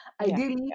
Ideally